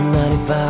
95